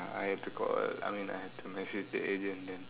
I have to call I mean I have to message the agent then